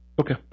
Okay